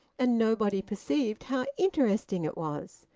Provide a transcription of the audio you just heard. and nobody perceived how interesting it was,